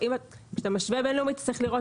כשאתה משווה בין-לאומית אתה צריך לראות